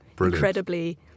incredibly